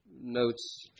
notes